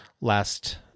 last